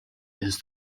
his